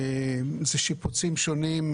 אלה שיפוצים שונים,